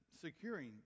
securing